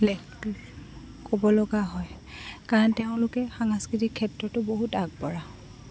ক'ব লগা হয় কাৰণ তেওঁলোকে সাংস্কৃতিক ক্ষেত্ৰতো বহুত আগবঢ়া